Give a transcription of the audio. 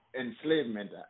enslavement